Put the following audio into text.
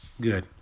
Good